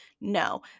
No